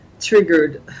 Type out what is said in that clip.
triggered